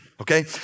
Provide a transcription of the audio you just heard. okay